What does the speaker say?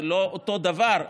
זה לא אותו דבר,